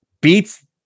beats